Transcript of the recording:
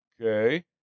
Okay